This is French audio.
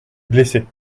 blessé